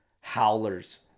howlers